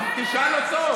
אז תשאל אותו.